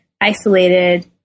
isolated